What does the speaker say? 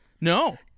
no